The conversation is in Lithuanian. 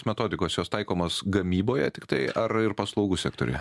metodikos jos taikomos gamyboje tiktai ar ir paslaugų sektoriuje